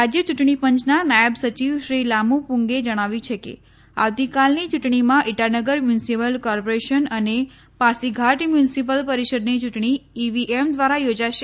રાજ્ય યૂંટણી પંચના નાયબ સચીવ શ્રી લામપુંગે જણાવ્યું છે કે આવતીકાલની ચૂંટણીમાં ઇટાનગર મ્યુનિસિપલ કોર્પોરેશન અને પાસીઘાટ મ્યુનિસિપલ પરિષદની ચૂંટણી ઇવીએમ દ્વારા યોજાશે